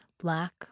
black